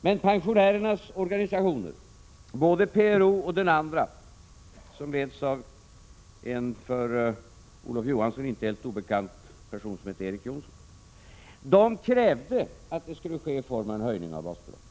Men pensionärernas organisationer — både PRO och den andra, som leds av en för Olof Johansson inte helt obekant person som heter Erik Jonsson — krävde att detta skulle ske i form av en höjning av basbeloppet.